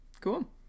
cool